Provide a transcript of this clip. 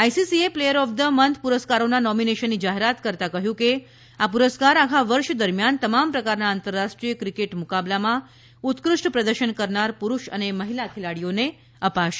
આઈસીસીએ player of the match પુરસ્કારોના નોમિનેશનની જાહેરાત કરતાં કહ્યું કે આ પુરસ્કાર આખા વર્ષ દરમિયાન તમામ પ્રકારના આંતરરાષ્ટ્રીય ક્રિકેટ મુકાબલામાં ઉત્કૃષ્ઠ પ્રદર્શન કરનાર પુરૂષ અને મહિલા ખેલાડીઓને અપાશે